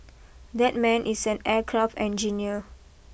that man is an aircraft engineer